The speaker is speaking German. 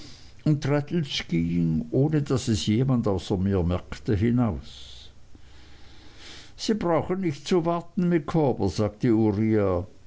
ging ohne daß es jemand außer mir merkte hinaus sie brauchen nicht zu warten micawber sagte uriah